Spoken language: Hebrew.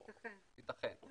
ייתכן.